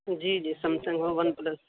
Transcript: جی جی سمسمنگ ہو one plus